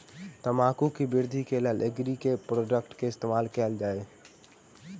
तम्बाकू केँ वृद्धि केँ लेल एग्री केँ के प्रोडक्ट केँ इस्तेमाल कैल जाय?